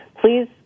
please